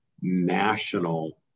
national